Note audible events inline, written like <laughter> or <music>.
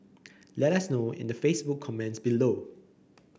let us know in the Facebook comments <noise> below